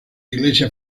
iglesia